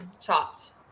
chopped